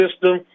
system